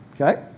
okay